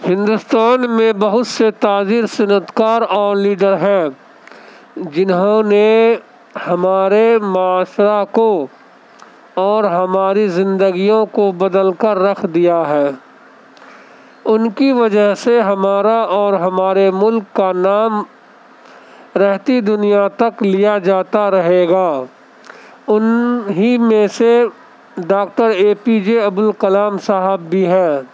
ہندوستان میں بہت سے تاجر صنعت کار اور لیڈر ہیں جنہوں نے ہمارے معاشرہ کو اور ہماری زندگیوں کو بدل کر رکھ دیا ہے ان کی وجہ سے ہمارا اور ہمارے ملک کا نام رہتی دنیا تک لیا جاتا رہے گا ان ہی میں سے doctor A P J Abul Kalam صاحب بھی ہیں